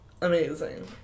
amazing